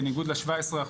בניגוד ל-17%,